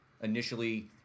initially